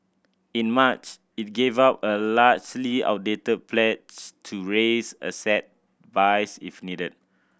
in March it gave up a largely outdated pledge to raise asset buys if needed